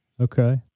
Okay